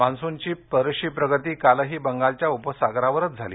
मान्सूनची बरीचशी प्रगती कालही बंगालच्या उपसागरावरच झाली